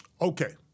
Okay